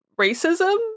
racism